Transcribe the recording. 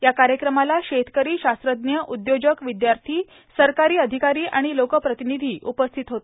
या कार्यक्रमाला शेतकरी शास्त्रज्ञ उद्योजक विद्यार्थी सरकारी अधिकारी आणि लोकप्रतिनिधी उपस्थित होते